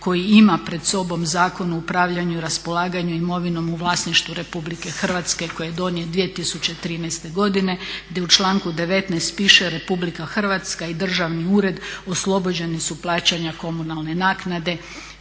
koji ima pred sobom Zakon o upravljanju i raspolaganju imovinom u vlasništvu RH koje je donijet 2013.godine gdje u članku 19.piše "RH i državni uredi oslobođeni su plaćanja komunalne naknade."